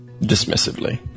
dismissively